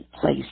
place